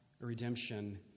redemption